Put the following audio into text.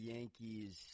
Yankees